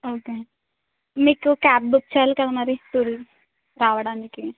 okay మీకు cab book చెయ్యాలి కదా మరి టూర్ రావడానికి